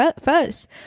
first